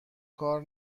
کار